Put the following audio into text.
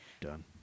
Done